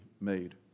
made